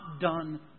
done